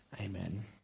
amen